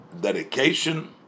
dedication